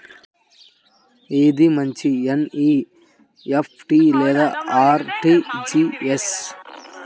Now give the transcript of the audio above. ఏది మంచి ఎన్.ఈ.ఎఫ్.టీ లేదా అర్.టీ.జీ.ఎస్?